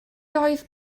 oedd